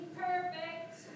perfect